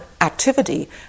activity